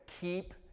keep